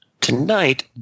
tonight